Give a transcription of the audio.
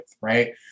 right